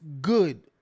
good